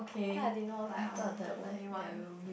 then I didn't know like I'm the only one